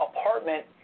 apartment